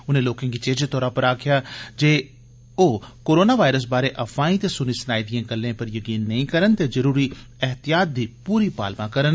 उनें लोकें गी चेचे तौरा पर अपील कीती जे ओ कोरोना वायरस बारे अफवाई ते सुनी सनाई दिएं गल्लें पर जकीन नेईं करन ते जरूरी एहतियात दी पूरी पालमा करन